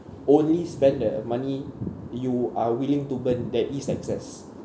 only spend that uh money you are willing to burn there is excess